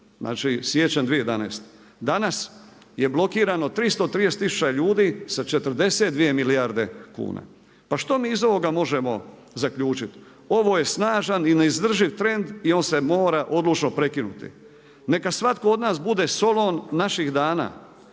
Znači siječanj 2011. Danas je blokirano 330 tisuća ljudi sa 42 milijarde kuna. Pa što mi iz ovoga možemo zaključiti? Ovo je snažan i neizdrživ trend i on se mora odlučno prekinuti. Neka svatko od nas bude …/Govornik se